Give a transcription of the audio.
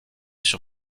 sur